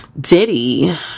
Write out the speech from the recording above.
Diddy